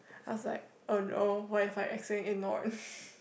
I was like oh no what if I accidentally ignore it